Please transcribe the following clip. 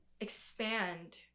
expand